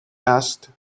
asked